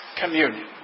communion